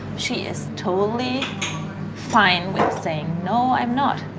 she is totally fine with saying, no, i'm not